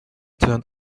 turned